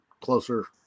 closer